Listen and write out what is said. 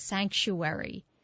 sanctuary